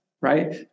right